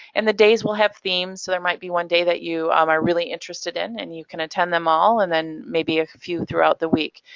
and the days will have themes. so there might be one day that you um are really interested in, and you can attend them all, and then maybe a few throughout the week.